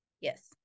Yes